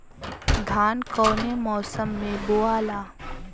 धान कौने मौसम मे बोआला?